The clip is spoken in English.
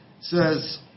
says